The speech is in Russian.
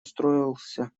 удостоился